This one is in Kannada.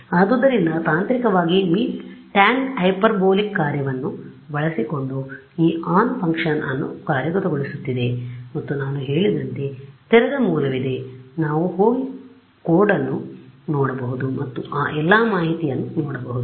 ಆದ್ದರಿಂದ ತಾಂತ್ರಿಕವಾಗಿ ಮೀಪ್ ಟ್ಯಾನ್ ಹೈಪರ್ಬೋಲಿಕ್ ಕಾರ್ಯವನ್ನು ಬಳಸಿಕೊಂಡು ಈ ಆನ್ ಫಂಕ್ಷನ್ ಅನ್ನು ಕಾರ್ಯಗತಗೊಳಿಸುತ್ತಿದೆ ಮತ್ತು ನಾನು ಹೇಳಿದಂತೆ ತೆರೆದ ಮೂಲವಿದೆ ನಾವು ಹೋಗಿ ಕೋಡ್ ಅನ್ನು ನೋಡಬಹುದು ಮತ್ತು ಆ ಎಲ್ಲಾ ಮಾಹಿತಿಯನ್ನು ನೋಡಬಹುದು